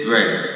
Right